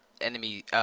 enemy